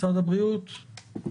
משרד הבריאות?